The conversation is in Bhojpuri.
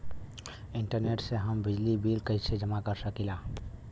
इंटरनेट से हम बिजली बिल कइसे जमा कर सकी ला?